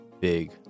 big